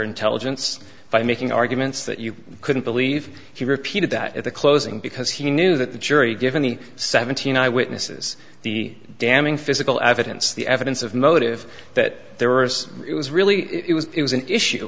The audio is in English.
intelligence by making arguments that you couldn't believe he repeated that at the closing because he knew that the jury given the seventeen eye witnesses the damning physical evidence the evidence of motive that there are it was really it was it was an issue